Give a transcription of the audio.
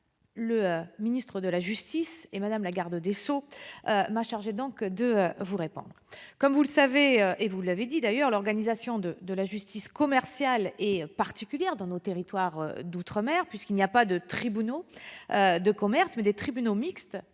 le ministère de la justice, et Mme la garde des sceaux m'a chargée de vous répondre. Comme vous l'avez dit, l'organisation de la justice commerciale est particulière dans nos territoires d'outre-mer, puisqu'il n'y a pas de tribunaux de commerce, mais des tribunaux mixtes